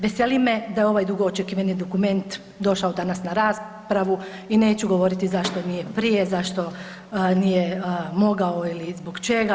Veseli me da je ovaj dugo očekivani dokument došao danas na raspravu i neću govoriti zašto nije prije, zašto nije mogao ili zbog čega.